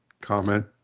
comment